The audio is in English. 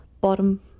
bottom